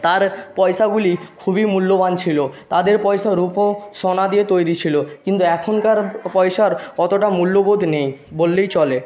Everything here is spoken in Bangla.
তার পয়সাগুলি খুবই মুল্যবান ছিল তাদের পয়সা রুপো সোনা দিয়ে তৈরি ছিল কিন্তু এখনকার পয়সার অতটাও মূল্যবোধ নেই বললেই চলে